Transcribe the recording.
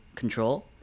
control